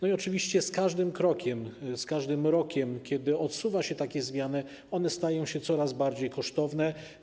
I oczywiście z każdym krokiem, z każdym rokiem, kiedy odsuwa się takie zmiany, one stają się coraz bardziej kosztowne.